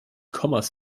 kommas